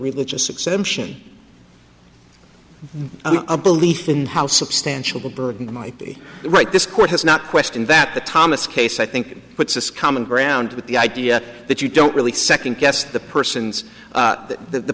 religious exemption a belief in how substantial burden might be right this court has not question that the thomas case i think puts this common ground with the idea that you don't really second guess the person's